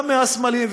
גם מהסמלים,